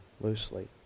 loosely